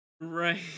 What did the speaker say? right